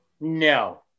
No